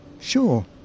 Sure